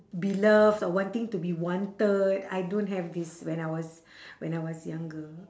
be loved or wanting to be wanted I don't have this when I was when I was younger